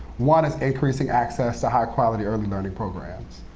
one is increasing access to high-quality early learning programs.